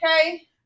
okay